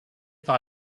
par